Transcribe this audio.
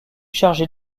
chargé